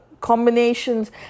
combinations